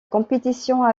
compétition